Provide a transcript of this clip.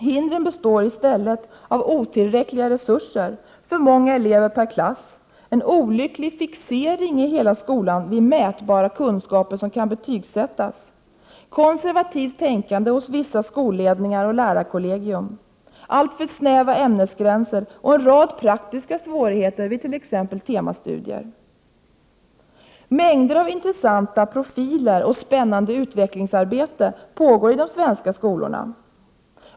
Hindren består i stället av otillräckliga resurser, för många elever per klass, en olycklig fixering i skolan vid mätbara kunskaper som kan betygsättas, konservativt tänkande hos vissa skolledningar och lärarkollegier, alltför snäva ämnesgränser och en rad praktiska svårigheter vid t.ex. temastudier. Mängder av intressanta ”profiler” och spännande utvecklingsarbete pågår i de svenska skolorna.